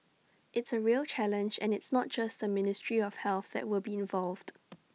it's A real challenge and it's not just the ministry of health that will be involved